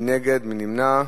מי נגד?